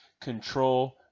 control